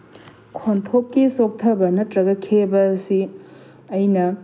ꯈꯣꯟꯊꯣꯛꯀꯤ ꯆꯣꯛꯊꯕ ꯅꯠꯇ꯭ꯔꯒ ꯈꯦꯕ ꯑꯁꯤ ꯑꯩꯅ